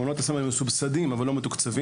מעונות הסמל מסובסדים, אבל לא מתוקצבים.